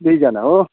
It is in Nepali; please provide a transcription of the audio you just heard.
दुईजना हो